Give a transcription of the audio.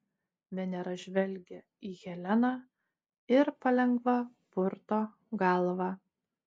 venera žvelgia į heleną ir palengva purto galvą